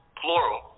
plural